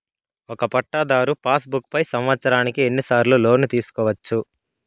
ఒక పట్టాధారు passbook పై సంవత్సరానికి ఎన్ని సార్లు లోను తీసుకోవచ్చు?